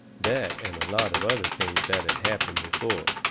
that and a lot of other things that had happened before.